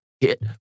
hit